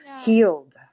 healed